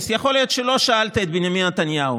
בענייני צחוק קטונתי מלהתחרות בך,